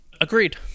Agreed